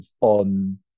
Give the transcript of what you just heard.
on